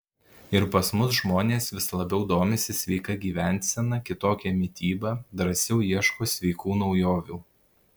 ir pas mus žmonės vis labiau domisi sveika gyvensena kitokia mityba drąsiau ieško sveikų naujovių